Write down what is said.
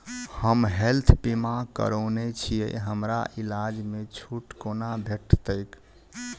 हम हेल्थ बीमा करौने छीयै हमरा इलाज मे छुट कोना भेटतैक?